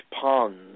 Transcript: ponds